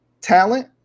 Talent